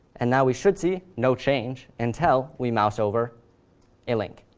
and now we should see no change until we mouse over a link.